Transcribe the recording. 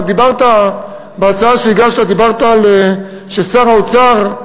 בהצעה שהגשת אמרת ששר האוצר,